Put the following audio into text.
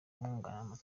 amwunganira